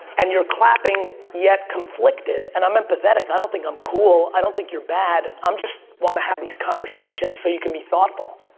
and your clapping yet conflicted and i'm empathetic. i don't think i'm cool. i don't think you're bad. i just wanna have these conversations so you can be thoughtful,